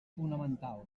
fonamental